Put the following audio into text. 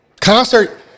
concert